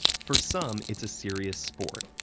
for some, it's a serious sport.